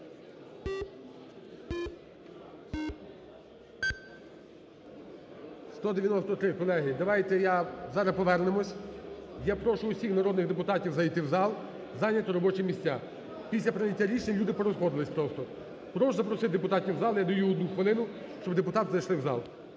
За-193 Колеги, давайте я… Зараз повернемось. Я прошу всіх народних депутатів зайти у зал, зайняти робочі місця. Після прийняття рішення люди порозходились просто. Прошу запросити депутатів у зал. Я даю 1 хвилину, щоб депутати зайшли у зал.